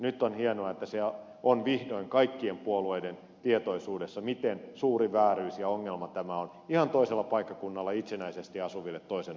nyt on hienoa että on vihdoin kaikkien puolueiden tietoisuudessa miten suuri vääryys ja ongelma tämä on ihan toisella paikkakunnalla itsenäisesti asuville toisen asteen opiskelijoille